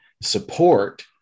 support